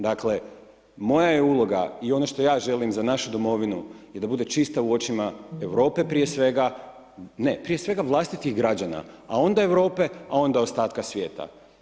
Dakle moja je uloga i ono što ja želim za našu domovinu je da bude čista u očima Europe prije svega, ne, prije svega vlastitih građana a onda Europe a onda ostatka svijeta.